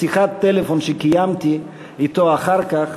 בשיחת טלפון שקיימתי אתו אחר כך